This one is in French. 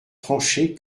trancher